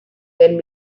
then